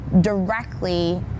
directly